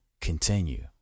continue